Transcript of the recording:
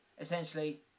Essentially